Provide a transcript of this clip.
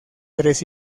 tres